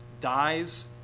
dies